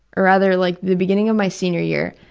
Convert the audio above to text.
or rather, like the beginning of my senior year,